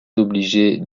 obligés